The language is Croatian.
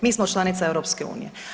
Mi smo članica EU.